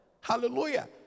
Hallelujah